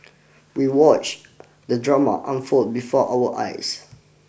we watch the drama unfold before our eyes